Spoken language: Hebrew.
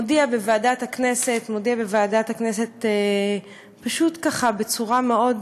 מודיע בוועדת הכנסת פשוט ככה, בצורה מאוד